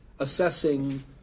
Assessing